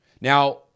Now